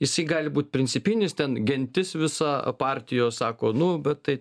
išsyk gali būt principinis ten gentis visa partijos sako nu bet tai